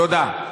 תודה.